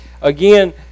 again